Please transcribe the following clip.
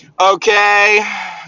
Okay